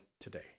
today